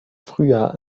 früher